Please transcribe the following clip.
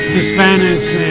Hispanics